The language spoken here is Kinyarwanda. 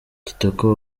kitoko